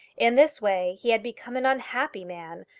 in this way he had become an unhappy man,